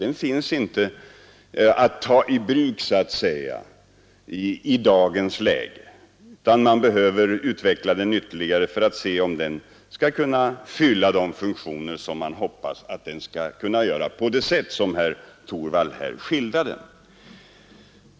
Den kan inte tas i bruk i dagens läge, utan man behöver utveckla den ytterligare för att se om den skall kunna fylla de funktioner som herr Torwald här skildrade.